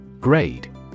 Grade